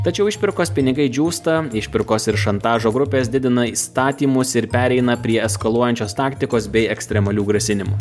tačiau išpirkos pinigai džiūsta išpirkos ir šantažo grupės didina įstatymus ir pereina prie eskaluojančios taktikos bei ekstremalių grasinimų